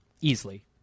Easily